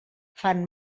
fan